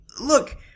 look